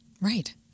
Right